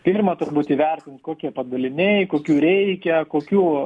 pirma turbūt įvertint kokie padaliniai kokių reikia kokių